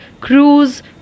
cruise